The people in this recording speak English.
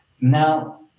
Now